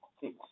six